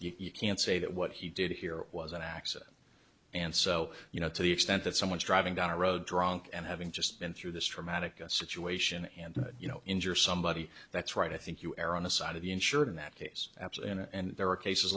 you can say that what he did here was an accident and so you know to the extent that someone's driving down a road drunk and having just been through this traumatic situation and you know injure somebody that's right i think you err on the side of the insured in that case apps and there are cases